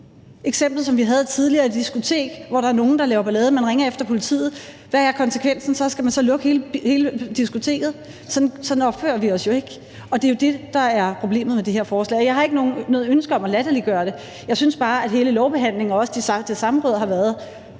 Eksemplet, som vi havde tidligere, med et diskotek, hvor der er nogle, der laver ballade, der bliver ringet efter politiet, og hvad er konsekvensen så, skal man så lukke hele diskoteket? Sådan opfører vi os jo ikke, og det er jo det, der er problemet med det her forslag. Jeg har ikke noget ønske om at latterliggøre det, men jeg synes bare, at hele lovbehandlingen, samråd og hele